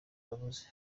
yavuze